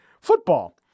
football